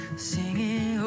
Singing